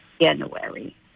January